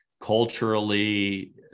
culturally